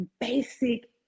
basic